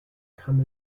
come